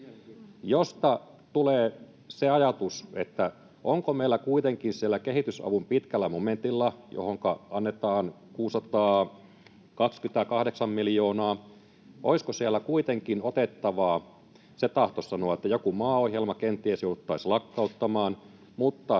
Mielenkiintoista!] että onko meillä kuitenkin siellä kehitysavun pitkällä momentilla, johonka annetaan 628 miljoonaa, kuitenkin otettavaa. Se tahtoisi sanoa, että joku maaohjelma kenties jouduttaisiin lakkauttamaan, mutta